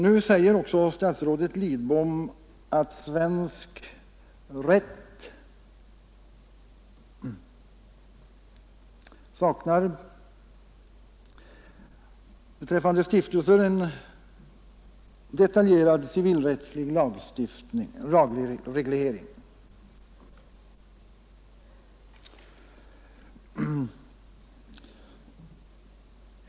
Nu säger statsrådet Lidbom också att svensk rätt beträffande stiftelser saknar en detaljerad civilrättslig lagreglering.